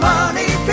Money